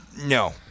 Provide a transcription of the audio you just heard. no